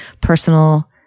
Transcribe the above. personal